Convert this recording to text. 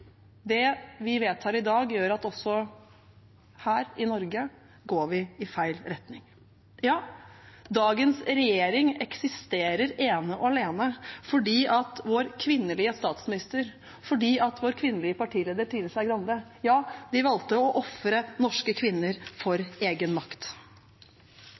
det vi vedtar i dag, gjør at vi også her i Norge går i feil retning. Ja, dagens regjering eksisterer ene og alene fordi vår kvinnelige statsminister og den kvinnelige partilederen Trine Skei Grande valgte å ofre norske kvinner for egen makt.